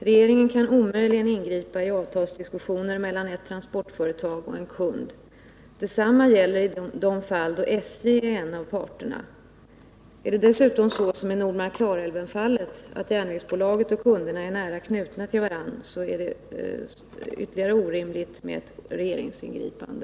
Regeringen kan omöjligen ingripa i avtalsdiskussioner mellan ett transportföretag och en kund. Detsamma gäller i de fall då SJ är en av parterna. Är det dessutom så, som i Nordmark-Klarälven-fallet, att järnvägsbolaget och kunderna är nära knutna till varandra, är det ännu orimligare med ett regeringsingripande.